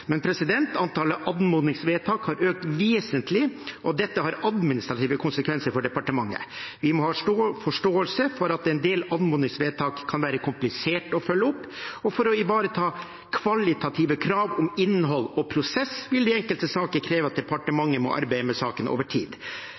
Men antallet anmodningsvedtak har økt vesentlig, og dette har administrative konsekvenser for departementet. Vi må ha forståelse for at en del anmodningsvedtak kan være kompliserte å følge opp, og for å ivareta kvalitative krav om innhold og prosess vil de enkelte sakene kreve at departementet må arbeide med sakene over tid.